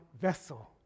vessel